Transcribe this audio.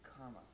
karma